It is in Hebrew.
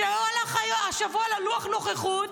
שהוא הלך השבוע ללוח הנוכחות,